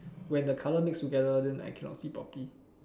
when the color mix together then I cannot see properly